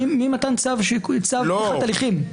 ממתן צו פתיחת הליכים.